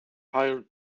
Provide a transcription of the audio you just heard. hired